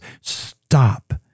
Stop